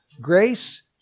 grace